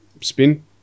spin